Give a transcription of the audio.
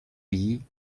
lee